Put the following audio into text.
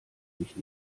mich